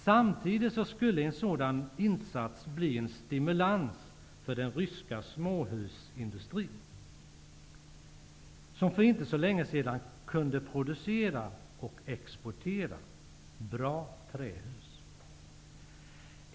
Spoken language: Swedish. Samtidigt skulle en sådan insats bli en stimulans för den ryska småhusindustrin, som för inte så länge sedan kunde producera och exportera bra trähus.